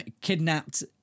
kidnapped